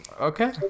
okay